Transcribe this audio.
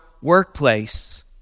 workplace